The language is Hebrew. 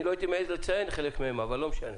אני לא הייתי מעז לציין חלק מהם, אבל לא משנה.